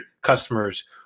customers